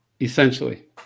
essentially